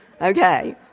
Okay